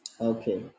Okay